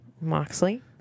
Moxley